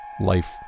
life